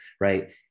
right